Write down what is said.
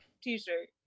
t-shirt